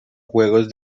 juegos